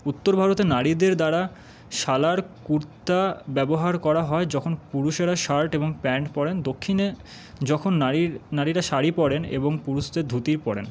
উত্তর ভারতে নারীদের দ্বারা সালার কুর্তা ব্যবহার করা হয় যখন পুরুষেরা শার্ট এবং প্যান্ট পরেন দক্ষিণে যখন নারীরা শাড়ি পরেন এবং পুরুষদের ধুতি পরেন